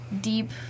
deep